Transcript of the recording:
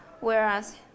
whereas